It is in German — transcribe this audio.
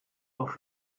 oft